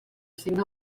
signe